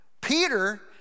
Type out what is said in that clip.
Peter